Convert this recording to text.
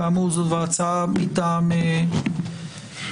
כאמור, זאת הצעה מטעם הוועדה.